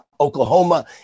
Oklahoma